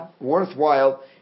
worthwhile